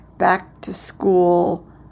back-to-school